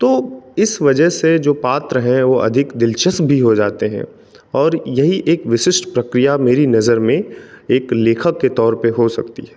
तो इस वजह से जो पात्र हैं वो अधिक दिलचस्प भी हो जाते है और यही एक विशिष्ट प्रक्रिया मेरी नज़र में एक लेखक के तौर पर हो सकती है